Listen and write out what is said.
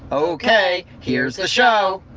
ok. here's the show